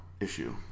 issue